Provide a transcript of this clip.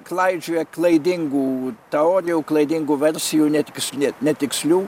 klaidžioja klaidingų teorijų klaidingų versijų net ne netikslių